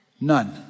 None